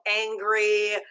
angry